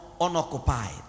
unoccupied